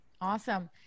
awesome